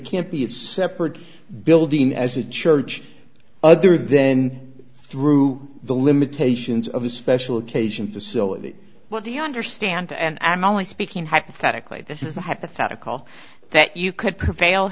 can't be as separate building as a church other then through the limitations of the special occasion facility what do you understand and i'm only speaking hypothetically this is a hypothetical that you could prevail